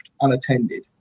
unattended